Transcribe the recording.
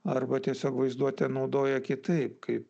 arba tiesiog vaizduotę naudoja kitaip kaip